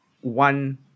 One